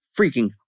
freaking